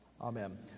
amen